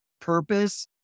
Purpose